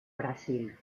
brasil